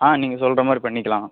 ஆ நீங்கள் சொல்கிற மாதிரி பண்ணிக்கலாம்